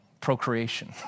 procreation